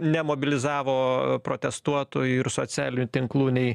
nemobilizavo protestuotojų ir socialinių tinklų nei